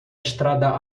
estrada